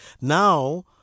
now